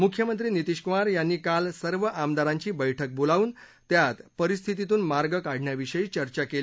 मुख्यमंत्री नितीशकुमार यांनी काल सर्व आमदारांची बक्क बोलावून त्यात परिस्थितीतून मार्ग काढण्याविषयी चर्चा केली